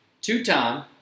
two-time